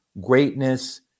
greatness